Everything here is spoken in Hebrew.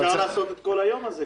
אפשר לעשות את כל היום הזה כבר.